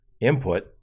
input